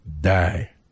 die